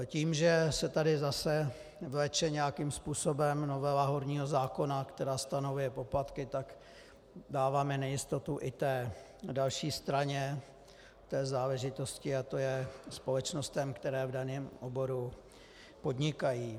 Tím, že se tady zase vleče nějakým způsobem novela horního zákona, která stanovuje poplatky, tak dáváme nejistotu i další straně té záležitosti, tj. společnostem, které v daném oboru podnikají.